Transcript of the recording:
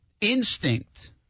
instinct